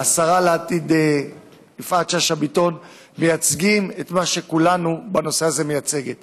השרה לעתיד יפעת שאשא ביטון מייצגים את מה שכולנו בנושא הזה מייצגים,